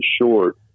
short